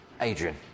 Adrian